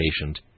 patient